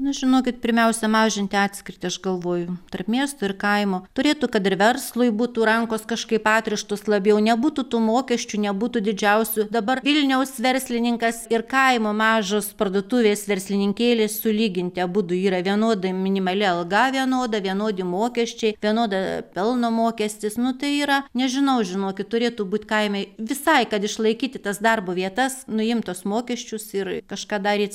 nu žinokit pirmiausia mažinti atskirtį aš galvoju tarp miesto ir kaimo turėtų kad ir verslui būtų rankos kažkaip atrištos labiau nebūtų tų mokesčių nebūtų didžiausių dabar vilniaus verslininkas ir kaimo mažos parduotuvės verslininkėlis sulyginti abudu yra vienoda minimali alga vienoda vienodi mokesčiai vienoda pelno mokestis nu tai yra nežinau žinokit turėtų būt kaime visai kad išlaikyti tas darbo vietas nuimt tuos mokesčius ir kažką daryt